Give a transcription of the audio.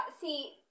see